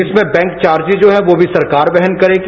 इसमें bank charges हैं वो भी सरकार वहन करेगी